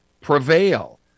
prevail